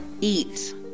Eat